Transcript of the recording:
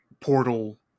portal